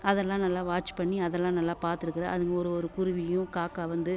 அதெல்லாம் நல்லா வாட்ச் பண்ணி அதெல்லாம் நல்லா பார்த்துருக்குறேன் அதுங்க ஒரு ஒரு குருவியும் காக்கா வந்து